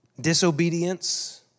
disobedience